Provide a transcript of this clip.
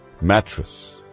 mattress